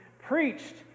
preached